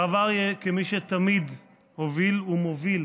הרב אריה, כמי שתמיד הוביל ומוביל